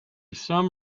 some